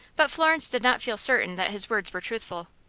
but florence did not feel certain that his words were truthful.